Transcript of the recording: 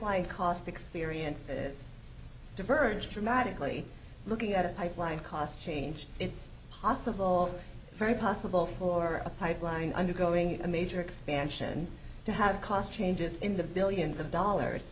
pipeline cost experience is diverge dramatically looking at a pipeline cost change it's possible very possible for a pipeline undergoing a major expansion to have cost changes in the billions of dollars